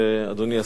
אדוני השר,